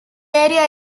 area